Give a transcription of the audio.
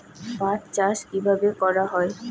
পাট চাষ কীভাবে করা হয়?